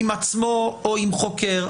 עם עצמו או עם חוקר,